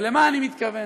ולמה אני מתכוון?